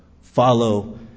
Follow